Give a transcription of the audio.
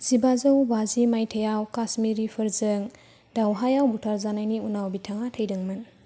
जिबाजौ बाजि माइथायाव काश्मीरिफोरजों दावहायाव बुथारजानायनि उनाव बिथाङा थैदोंमोन